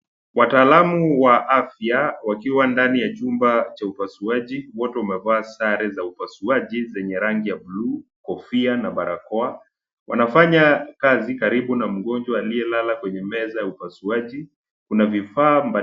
Wataalamu wa afya, wakiwa ndani ya chumba cha upasuaji, wote wamevaa sare za upasuaji zenye rangi ya blue , kofia, na barakoa, wanafanya kazi karibu na mgonjwa aliyelala kwenye meza ya upasuaji, kuna vifaa mbali.